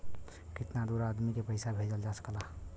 कितना दूर आदमी के पैसा भेजल जा सकला?